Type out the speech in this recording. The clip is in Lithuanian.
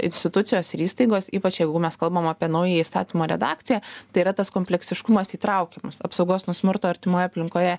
institucijos ir įstaigos ypač jeigu mes kalbam apie naująją įstatymo redakciją tai yra tas kompleksiškumas įtraukiamas apsaugos nuo smurto artimoj aplinkoje